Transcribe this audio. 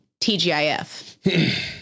TGIF